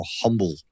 humble